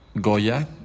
Goya